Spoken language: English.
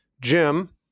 jim